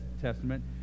Testament